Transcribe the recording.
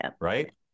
right